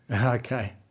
Okay